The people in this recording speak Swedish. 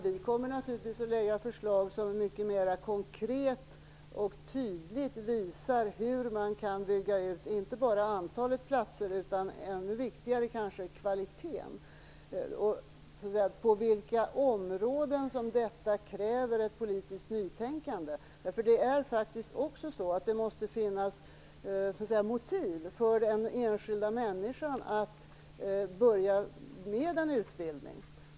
Vi kommer naturligtvis att lägga förslag som mycket mera konkret och tydligt visar hur man kan bygga ut inte bara antalet platser utan, ännu viktigare kanske, kvaliteten, och på vilka områden detta kräver ett politiskt nytänkande. Det är faktiskt också så att det måste finnas motiv för den enskilda människan att börja med en utbildning.